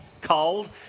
cold